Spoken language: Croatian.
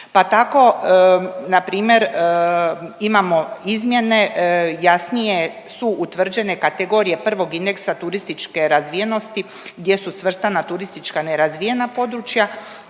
Pa tako na primjer imamo izmjene jasnije su utvrđene kategorije prvog indeksa turističke razvijenosti gdje su svrstana turistička nerazvijena područja,